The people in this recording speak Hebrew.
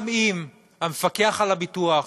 גם אם המפקח על הביטוח,